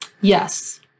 Yes